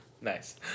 Nice